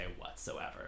whatsoever